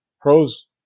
Pros